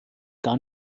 gar